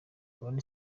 abone